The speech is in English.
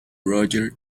roger